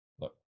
look